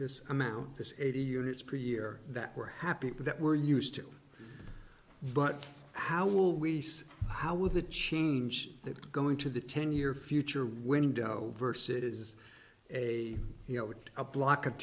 this amount this eighty units per year that we're happy that we're used to but how will we see how with the change that going to the ten year future window verse it is a you know a block of